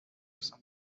some